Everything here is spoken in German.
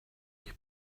ich